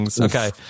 okay